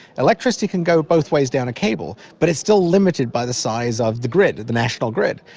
electricity can go both ways down a cable, but it's still limited by the size of the grid, of the national grid.